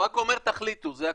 הוא רק אומר תחליטו, זה הכול.